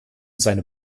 seine